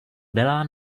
byla